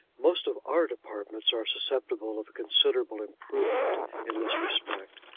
most of our departments are susceptible of considerable improvement in this respect,